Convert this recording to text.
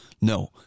no